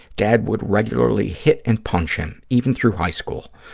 dad would regularly hit and punch him, even through high school.